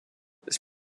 this